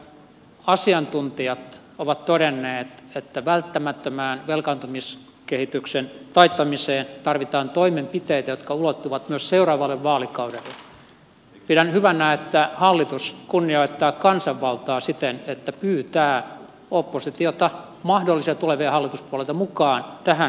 kun asiantuntijat ovat todenneet että välttämättömään velkaantumiskehityksen taittamiseen tarvitaan toimenpiteitä jotka ulottuvat myös seuraavalle vaalikaudelle pidän hyvänä että hallitus kunnioittaa kansanvaltaa siten että pyytää oppositiota mahdollisia tulevia hallituspuolueita mukaan tähän keskusteluun